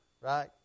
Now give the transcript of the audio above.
right